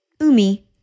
UMI